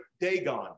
Dagon